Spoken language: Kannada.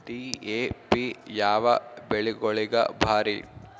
ಡಿ.ಎ.ಪಿ ಯಾವ ಬೆಳಿಗೊಳಿಗ ಭಾರಿ?